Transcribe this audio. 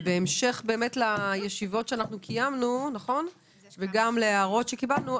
בהמשך לישיבות שקיימנו וגם להערות שקיבלנו,